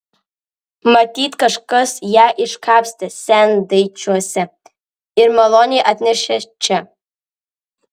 matyt kažkas ją iškapstė sendaikčiuose ir maloniai atnešė čia